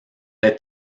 être